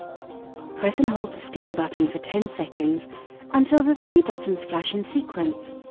press and hold the steam button for ten seconds until the three buttons flash in sequence.